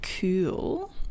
cool